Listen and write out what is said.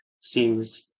seems